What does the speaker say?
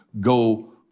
go